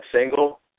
single